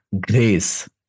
grace